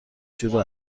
شروع